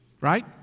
right